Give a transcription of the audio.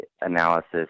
analysis